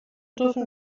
dürfen